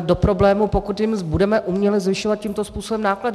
do problémů, pokud jim budeme uměle zvyšovat tímto způsobem náklady.